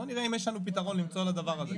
בואו נראה אם יש לנו פתרון למצוא לדבר הזה.